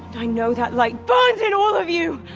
i know that light burns in all of you